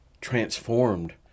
transformed